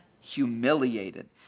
humiliated